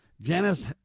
Janice